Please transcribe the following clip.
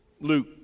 Luke